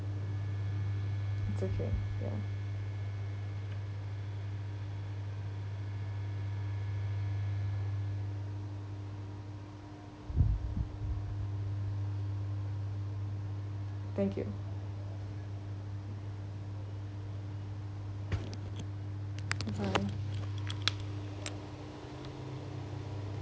it's okay ya thank you I'm sorry